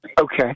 Okay